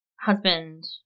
husband